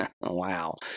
Wow